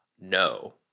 No